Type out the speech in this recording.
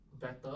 better